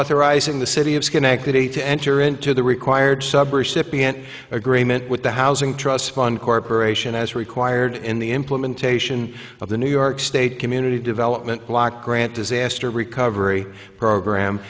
authorizing the city of schenectady to enter into the required suburbs shippey an agreement with the housing trust fund corporation as required in the implementation of the new york state community development block grant disaster recovery program